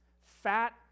fat